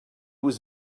was